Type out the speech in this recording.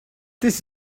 this